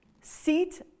seat